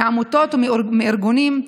מעמותות ומארגונים.